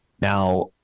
Now